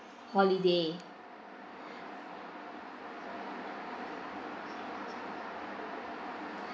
holiday